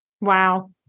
Wow